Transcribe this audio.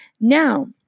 now